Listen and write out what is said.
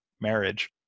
marriage